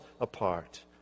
apart